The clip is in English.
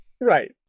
right